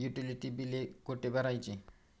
Utility बिले कुठे भरायची?